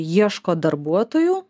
ieško darbuotojų